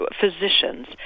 physicians